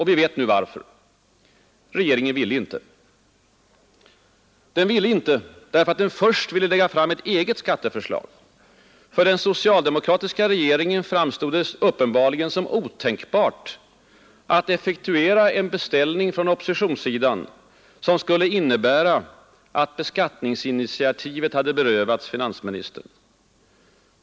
Vi vet nu varför. Regeringen ville inte. Den ville inte därför att den först ville lägga fram ett eget skatteförslag. För den socialdemokratiska regeringen framstod det uppenbarligen som otänkbart att effektuera en beställning från oppositionssidan som skulle innebära att beskattningsinitiativet berövades finansministern.